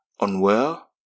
Unwell